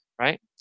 Right